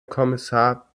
kommissar